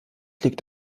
liegt